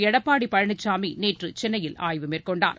எடப்பாடி பழனிசாமி நேற்று சென்னையில் ஆய்வு மேற்கொண்டார்